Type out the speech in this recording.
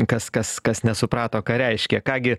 kas kas kas nesuprato ką reiškia ką gi